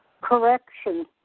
correction